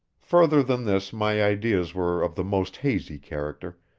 further than this my ideas were of the most hazy character,